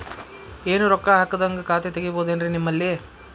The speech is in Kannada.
ಏನು ರೊಕ್ಕ ಹಾಕದ್ಹಂಗ ಖಾತೆ ತೆಗೇಬಹುದೇನ್ರಿ ನಿಮ್ಮಲ್ಲಿ?